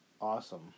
awesome